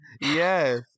Yes